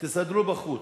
תסדרו בחוץ.